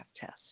test